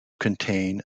contain